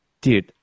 Dude